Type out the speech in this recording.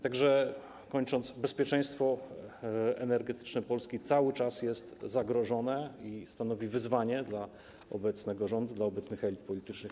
Tak że kończąc: bezpieczeństwo energetyczne Polski cały czas jest zagrożone i stanowi wyzwanie dla obecnego rządu, dla obecnych elit politycznych.